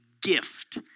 gift